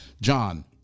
John